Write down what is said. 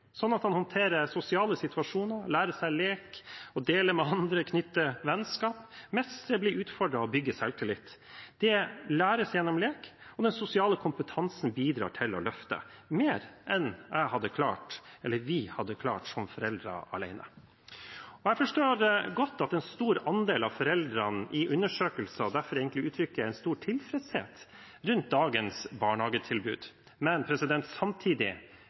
sånn at han håndterer sosiale situasjoner, lærer seg lek og å dele med andre, knytte vennskap, mestre, bli utfordret og bygge selvtillit. Det læres gjennom lek, og den sosiale kompetansen bidrar til å løfte mer enn vi som foreldre hadde klart alene. Jeg forstår godt at en stor andel av foreldrene i undersøkelser derfor egentlig uttrykker en stor tilfredshet rundt dagens barnehagetilbud. Men samtidig